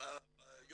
יש